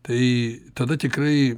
tai tada tikrai